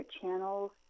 channels